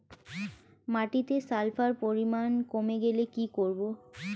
মাটিতে সালফার পরিমাণ কমে গেলে কি করব?